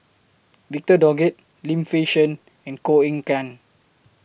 Victor Doggett Lim Fei Shen and Koh Eng Kian